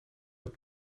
het